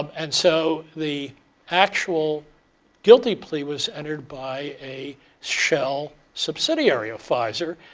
um and so the actual guilty plea was entered by a shell subsidiary advisor,